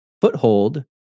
foothold